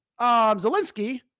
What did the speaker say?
Zelensky